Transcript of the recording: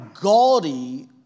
gaudy